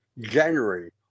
January